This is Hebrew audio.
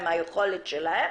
היכולת שלהם,